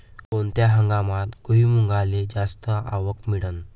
कोनत्या हंगामात भुईमुंगाले जास्त आवक मिळन?